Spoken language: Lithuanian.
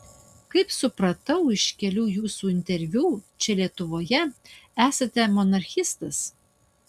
kaip supratau iš kelių jūsų interviu čia lietuvoje esate monarchistas